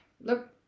Look